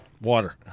water